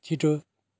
छिटो